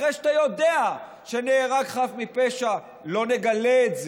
אחרי שאתה יודע שנהרג חף מפשע: לא נגלה את זה.